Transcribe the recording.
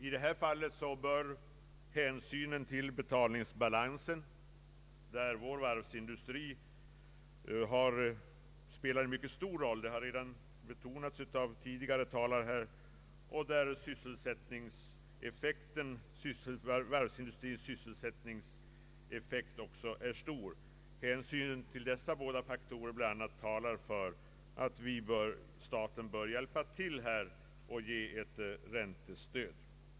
I detta fall talar hänsyn till betalningsbalansen, där vår varvsindustri spelar en mycket stor roll — det har redan betonats av tidigare talare här — och sysselsättningsläget där varven också har stor betydelse för att staten bör hjälpa till och ge räntestöd.